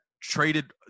traded